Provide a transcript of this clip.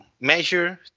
measure